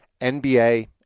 NBA